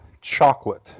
Chocolate